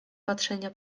patrzenia